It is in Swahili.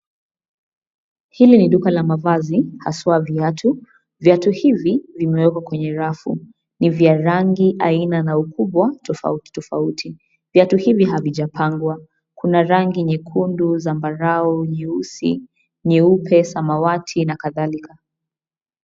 Hili ni duka la mavazi, haswa viatu. Viatu hivi vimewekwa kwenye rafu. Ni vya rangi aina na ukubwa, tofauti tofauti. Viatu hivi havijepangwa. Kuna rangi nyekundu, zambarau, nyeusi, nyeupe, samawati na kadhalika.